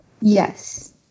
Yes